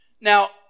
Now